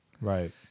Right